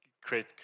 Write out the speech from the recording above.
create